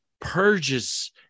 purges